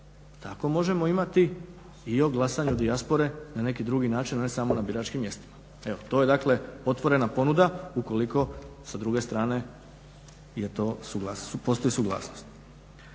tako možemo imati i o glasanju dijaspore na neki drugi način a ne samo na biračkim mjestima. Evo to je dakle otvorena ponuda ukoliko sa druge strane postoji suglasnost.